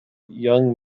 young